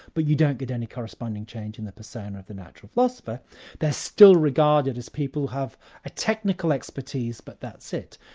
but you don't get any corresponding change in the persona of the natural philosopher they're still regarded as people who have a technical expertise, but that's it.